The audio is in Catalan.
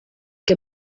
que